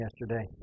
yesterday